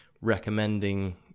recommending